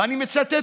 ואני מצטט